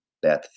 Beth